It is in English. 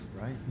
right